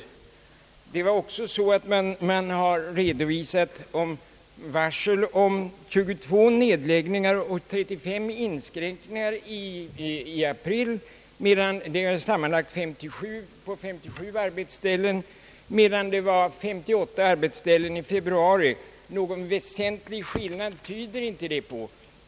Man hade också redovisat varsel om 22 företagsnedläggningar och 35 inskränkningar i driften under mars månad — det är alltså fråga om sammanlagt 57 arbetsställen — medan det var fråga om 58 arbetsställen under februari månad. Någon väsentlig skillnad tyder inte detta på.